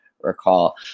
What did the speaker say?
recall